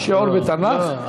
שיעור בתנ"ך?